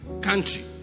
country